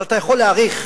אבל אתה יכול להעריך,